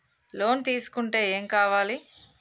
Loan తీసుకుంటే ఏం కావాలి?